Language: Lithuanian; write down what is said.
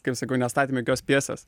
kaip sakiau nestatėm jokios pjesės